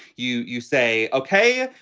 you you say, ok.